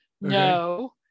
No